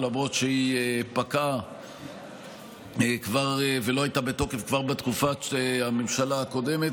למרות שהיא פקעה ולא הייתה בתוקף כבר בתקופת הממשלה הקודמת.